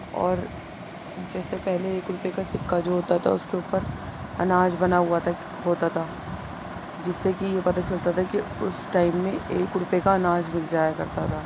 اور جیسے پہلے ایک روپیہ کا سکہ جو ہوتا تھا اس کے اوپر اناج بنا ہوا تک ہوتا تھا جس سے کہ یہ پتہ چلتا تھا کہ اس ٹائم میں ایک روپیہ کا اناج مل جایا کرتا تھا